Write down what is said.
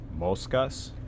Moscas